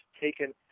taken